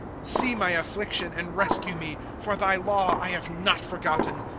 see my affliction, and rescue me for thy law i have not forgotten.